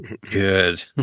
Good